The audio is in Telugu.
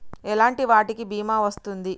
ఎలాంటి వాటికి బీమా వస్తుంది?